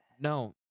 No